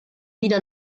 wieder